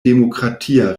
demokratia